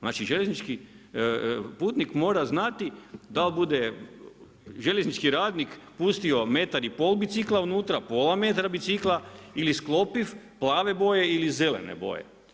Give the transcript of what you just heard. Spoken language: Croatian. Znači željeznički putnik mora znati dal bude željeznički radnik pustio metar i pol bicikla pola metra bicikla, ili sklopiv, plave boje ili zelene boje.